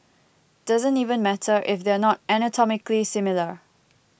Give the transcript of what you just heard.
doesn't even matter if they're not anatomically similar